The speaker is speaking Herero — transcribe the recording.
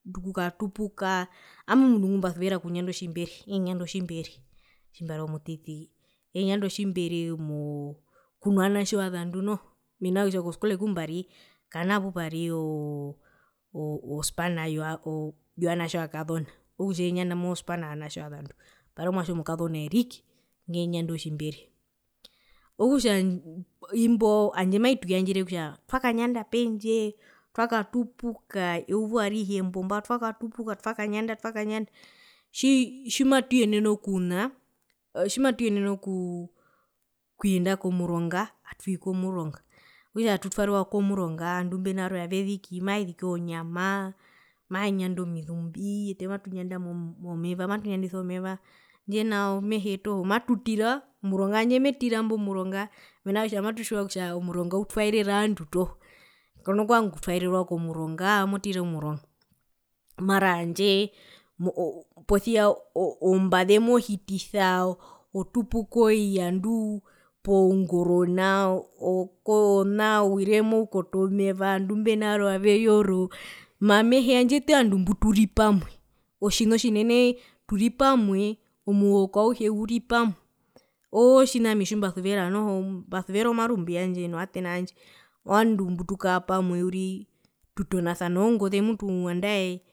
Okukatupuka owami omundu ngumbasuvera otjimbere eenyanda otjimbere tjimbari omutiti enyanda otjimbere mo kuno vanatje ovazandu noho mena rokutja oskole kumbari kana kwari oo ospana yovanatje ovakazona okutja eenyanda mospana yovanatje ovazandu mbari omwatje omukazona eerike ngeenyanda otjimbere okutja imbo handje maituyandjere kutja twakanyanda pendje twakatupuka eyuva arihe embomba twakatupuka twakanyanda twakanyanda tji tjimatuyenene okuna tjimatuyenene okuu okuyenda komuronga atwii komuronga okutja atutwarewa komuronga ovandu imbo varwe aveziki maveziki ozonyama mavenyanda omizumbii ete matunyanda handje nao matutira omuronga tjandje metira mena kutja tjandje matutjiwa kutja omuronga utwaerera ovandu toho kona kuvanga okutwaererwa komurongaa motira omuronga mara handje posia o oo umbaze mohitisa otupuka oi aanduu pungoro nao ona owire moukoto womeva ovandu imbo varwe aveyoro maa mehee handje owete ovandu mbuturi pamwe otjina otjinene turi pamwe omuhoko auhe uri pamwe ootjina ami tjimbasuvera noho mbasuvera omarumbi yandje novatena kwandje ovandu mbutukara pamwe uriri tutonasana ozongoze mutu andae